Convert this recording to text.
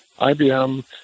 IBM